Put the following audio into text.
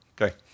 okay